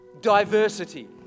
diversity